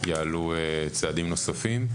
יעלו צעדים נוספים.